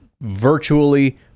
virtually